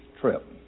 trip